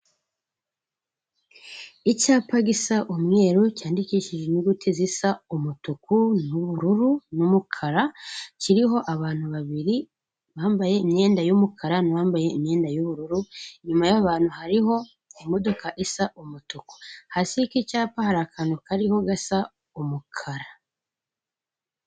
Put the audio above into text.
Icyapa gisa umweru cyandikishije inyuguti zisa umutuku, n'ubururu, n'umukara, kiriho abantu babiri bambaye imyenda y'umukara bambaye imyenda y'ubururu, inyuma y'abantu hariho imodoka isa umutuku, hasi ku cyapa, hari akantu kariho gasa umukara.